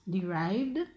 derived